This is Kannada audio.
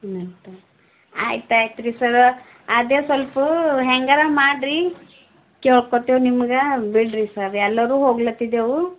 ಇನ್ನೆಂತ ಆಯ್ತು ಆಯ್ತುರೀ ಸರ್ ಅದೆ ಸ್ವಲ್ಪ ಹೇಗಾರ ಮಾಡೀಈ ಕೇಳ್ಕೊತಿವಿ ನಿಮ್ಗೆ ಬಿಡಿರಿ ಸರ್ ಎಲ್ಲರೂ ಹೋಗಲತ್ತಿದ್ದೇವು